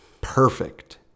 perfect